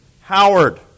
Howard